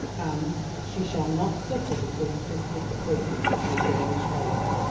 and she shall not suffer because of this disappointment to her girlish hopes.